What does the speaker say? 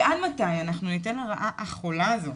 ועד מתי אנחנו ניתן לרעה החולה הזאת